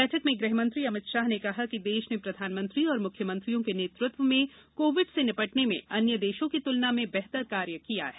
बैठक में गृहमंत्री अमित शाह ने कहा कि देश ने प्रधानमंत्री और मुख्यमंत्रियों के नेतृत्व में कोविड से निपटने में अन्य देशों की तुलना में बेहतर कार्य किया है